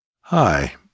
Hi